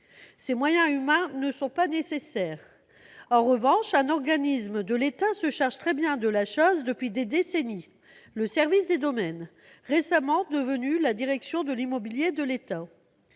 tels moyens humains. En revanche, un organisme de l'État se charge très bien de cette tâche depuis des décennies : le service des domaines, récemment devenu la direction de l'immobilier de l'État,